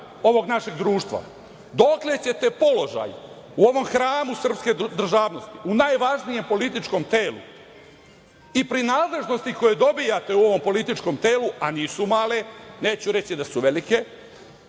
ovog našeg društva? Dokle ćete položaj u ovom hramu srpske državnosti, u najvažnijem političkom telu i prinadležnosti koje dobijate u ovom političkom telu, a nisu male, neću reći da su velike,